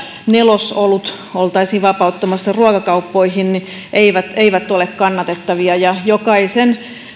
nelosolut oltaisiin vapauttamassa ruokakauppoihin eivät eivät ole kannatettavia jokaisen